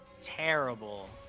terrible